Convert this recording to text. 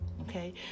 Okay